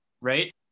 right